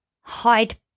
hide